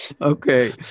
Okay